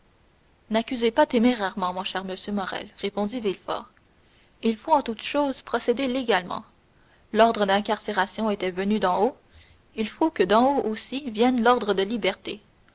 n'accusez pas témérairement mon cher monsieur morrel répondit villefort il faut en toutes choses procéder légalement l'ordre d'incarcération était venu d'en haut il faut que d'en haut aussi vienne l'ordre de liberté